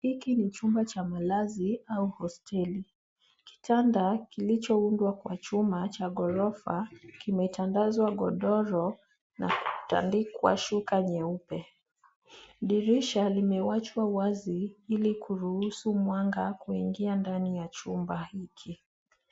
Hiki ni chumba cha malazi au hosteli. Kitanda kilichoundwa kwa chuma cha ghorofa kimetendazwa godoro na kutandikwa shuka nyeupe. Dirisha limewachwa wazi ili kuruhusu mwanga kuingia ndani ya chumba hiki.